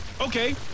Okay